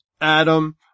Adam